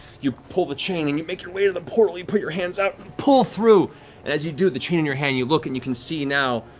you pull the chain and you make your way to the portal, you put your hands out, pull through, and as you do, the chain in your hand you look and you can see now,